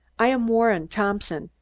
i am warren thompson,